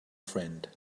friend